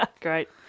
Great